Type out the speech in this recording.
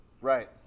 right